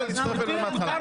יכולת לבקש